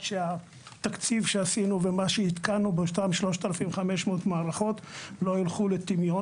שהתקציב שעשינו ומה שהתקנו באותם 3,500 מערכות לא ילכו לטמיון.